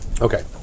Okay